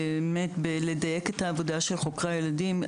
בדיוק העבודה של חוקרי הילדים,